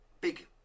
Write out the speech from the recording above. big